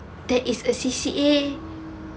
there is a C_C_A